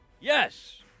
Yes